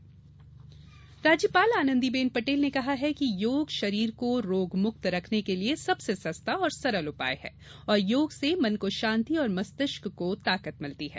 राज्यपाल योग राज्यपाल आनंदीबेन पटेल ने कहा है कि योग शरीर को रोगमुक्त रखने के लिए सबसे सस्ता और सरल उपाय है और योग से मन को शांति तथा मस्तिष्क को ताकत मिलती है